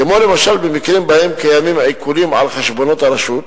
כמו למשל במקרים שבהם קיימים עיקולים על חשבונות הרשות.